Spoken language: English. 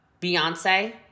Beyonce